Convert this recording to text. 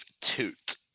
toot